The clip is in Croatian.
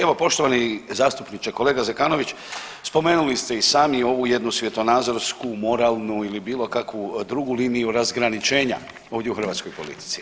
Evo poštovani zastupniče, kolega Zekanović spomenuli ste i sami ovu jednu svjetonazorsku, moralnu ili bilo kakvu drugu liniju razgraničenja ovdje u hrvatskoj politici.